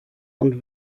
und